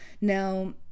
now